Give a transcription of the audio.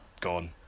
gone